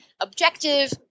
objective